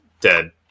dead